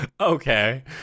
Okay